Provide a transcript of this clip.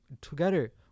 together